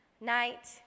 night